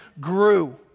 grew